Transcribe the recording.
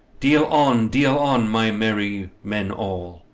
deal on, deal on, my merry men all,